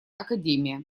академия